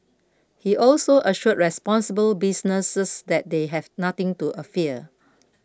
he also assured responsible businesses that they had nothing to fear